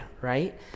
right